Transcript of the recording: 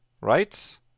Right